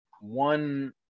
one